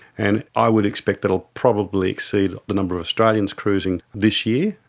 and i would expect that will probably exceed the number of australians cruising this year,